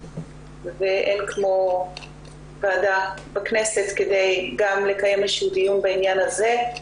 ואין כמו ועדה בכנסת כדי גם לקיים איזה שהוא דיון בעניין הזה,